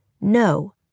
No